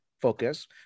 focus